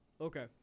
Okay